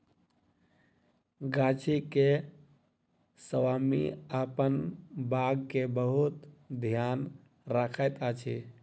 गाछी के स्वामी अपन बाग के बहुत ध्यान रखैत अछि